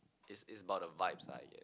it's it's about the vibes lah I guess